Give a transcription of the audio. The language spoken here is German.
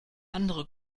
andere